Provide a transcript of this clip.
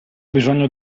bisogno